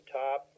top